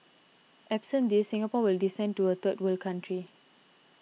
absent these Singapore will descend to a third world country